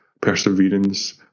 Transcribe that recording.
perseverance